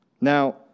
Now